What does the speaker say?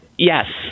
Yes